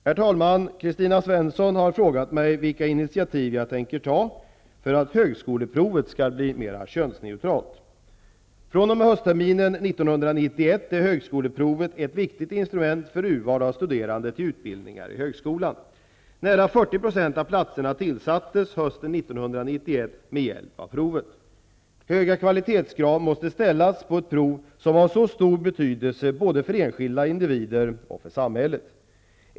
Herr talman! Kristina Svensson har frågat mig vilka initiativ jag tänker ta för att högskoleprovet skall bli mer könsneutralt. fr.o.m. höstterminen 1991 är högskoleprovet ett viktigt instrument för urval av studerande till utbildningar i högskolan. Nära 40 % av platserna tillsattes hösten 1991 med hjälp av högskoleprovet. Höga kvalitetskrav måste ställas på ett prov som har så stor betydelse både för enskilda individer och för samhället.